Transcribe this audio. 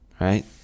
right